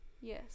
Yes